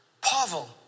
Pavel